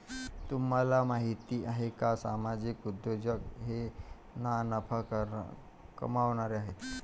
तुम्हाला माहिती आहे का सामाजिक उद्योजक हे ना नफा कमावणारे आहेत